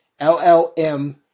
LLM